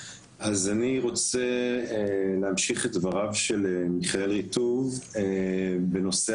אני רוצה להמשיך את דבריו של מיכאל ריטוב בנושא